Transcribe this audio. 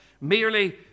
Merely